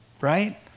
right